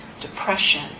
depression